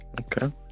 Okay